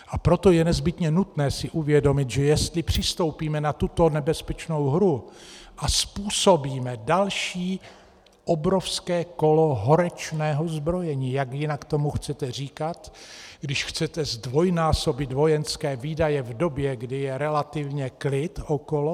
A proto je nezbytně nutné si uvědomit, že jestli přistoupíme na tuto nebezpečnou hru a způsobíme další obrovské kolo horečného zbrojení jak jinak tomu chcete říkat, když chcete zdvojnásobit vojenské výdaje v době, kdy je relativně okolo klid?